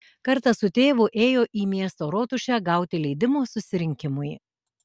kartą su tėvu ėjo į miesto rotušę gauti leidimo susirinkimui